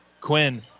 quinn